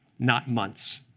not months.